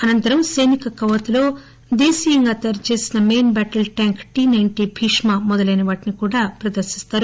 అనంతరం సైనిక కవాతులో దేశీయంగా తయారుచేసిన main battle tank T ninety Bhishma మొదలైన వాటిని కూడా ప్రదర్శిస్తారు